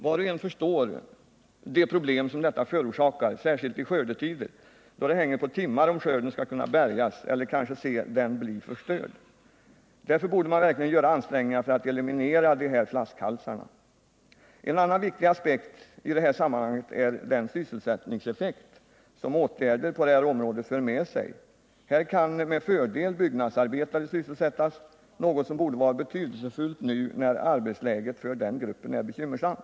Var och en förstår de problem som detta förorsakar, särskilt i skördetider, då det hänger på timmar om skörden skall kunna bärgas eller kanske bli förstörd. Därför borde man verkligen göra ansträngningar för att eliminera de här flaskhalsarna. En annan viktig aspekt i det här sammanhanget är den sysselsättningseffekt som åtgärder på det här området för med sig. Här kan med fördel byggnadsarbetare sysselsättas, något som borde vara betydelsefullt nu när arbetsläget för den gruppen är bekymmersamt.